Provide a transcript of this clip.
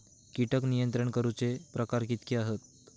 कीटक नियंत्रण करूचे प्रकार कितके हत?